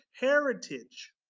heritage